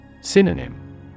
Synonym